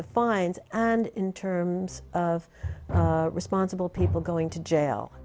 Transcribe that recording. of fines and in terms of responsible people going to jail